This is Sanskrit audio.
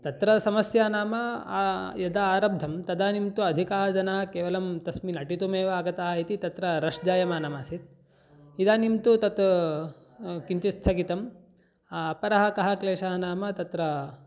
तत्र समस्या नाम यदा आरब्धं तदानीं तु अधिकाः जनाः केवलं तस्मिन् अटितुमेव आगता इति तत्र रष् जायमानम् आसीत् इदानीं तु तत् किञ्चित् स्थगितं अपरः कः क्लेशः नाम तत्र